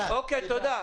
אוקיי, תודה.